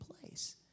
place